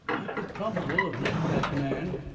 i could probable of licked that man,